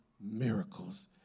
miracles